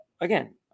again